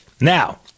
Now